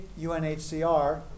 UNHCR